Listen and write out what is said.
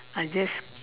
I just